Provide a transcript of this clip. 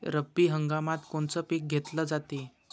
रब्बी हंगामात कोनचं पिक घेतलं जाते?